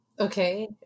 Okay